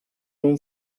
room